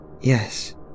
Yes